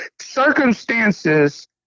circumstances